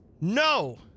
No